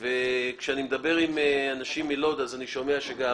כשאני מדבר עם אנשים מלוד אני שומע שגם